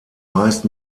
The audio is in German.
meist